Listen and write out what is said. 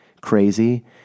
crazy